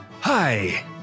Hi